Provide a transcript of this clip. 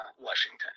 Washington